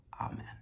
Amen